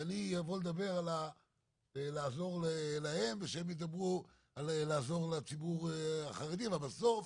לבוא ולדבר על לעזור להם ושהם ידברו על לעזור לציבור החרדי אבל בסוף,